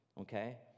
okay